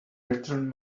return